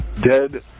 Dead